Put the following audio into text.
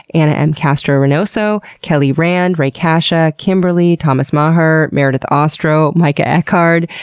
ana m. castro-reynoso, kelly rand, rae casha, kimberly, thomas maher, meredith ostrow, micah eckard,